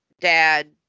Dad